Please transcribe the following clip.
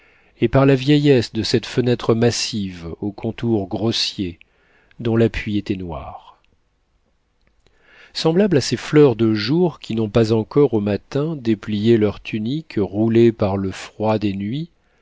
et par la vieillesse de cette fenêtre massive aux contours grossiers dont l'appui était noir semblable à ces fleurs de jour qui n'ont pas encore au matin déplié leur tunique roulée par le froid des nuits